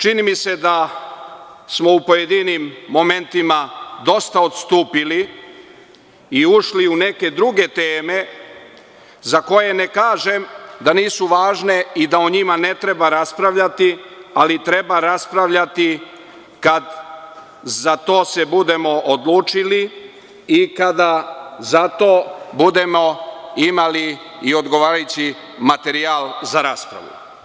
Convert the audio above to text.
Čini mi se da smo u pojedinim momentima dosta odstupili i ušli u neke druge teme za koje ne kažem da nisu važne i da o njima ne treba raspravljati, ali treba raspravljati kada se za to budemo odlučili i kada za to budemo imali i odgovarajući materijal za raspravu.